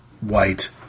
white